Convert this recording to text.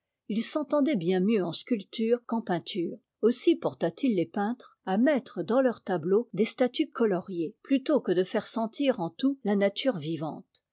il s'entendait bien mieux en sculpture qu'en peinture aussi porta t il les peintres à mettre dans leurs tableaux des statues coloriées plutôt que de faire sentir en tout la nature vivante